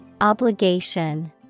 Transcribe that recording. Obligation